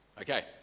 Okay